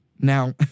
Now